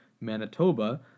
Manitoba